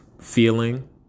feeling